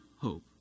hope